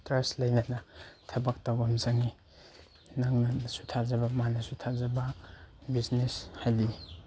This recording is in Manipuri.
ꯇ꯭ꯔꯁ ꯂꯩꯅꯅ ꯊꯕꯛ ꯇꯧꯕ ꯑꯃ ꯆꯪꯉꯤ ꯅꯪꯅꯁꯨ ꯊꯥꯖꯕ ꯃꯥꯅꯁꯨ ꯊꯥꯖꯕ ꯕꯤꯖꯤꯅꯦꯁ ꯍꯥꯏꯗꯤ